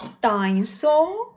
Dinosaur